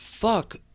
Fuck